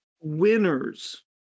winners